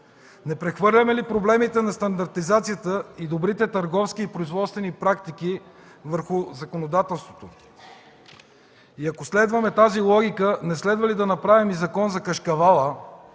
Не прехвърляме ли проблемите на стандартизацията и добрите търговски и производствени практики върху законодателството? И ако следваме тази логика, не следва ли да направим и Закон за кашкавала,